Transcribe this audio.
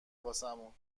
واسمون